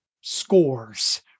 scores